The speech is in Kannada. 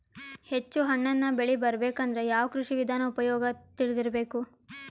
ಹೆಚ್ಚು ಹಣ್ಣನ್ನ ಬೆಳಿ ಬರಬೇಕು ಅಂದ್ರ ಯಾವ ಕೃಷಿ ವಿಧಾನ ಉಪಯೋಗ ತಿಳಿದಿರಬೇಕು?